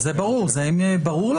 זה ברור להם,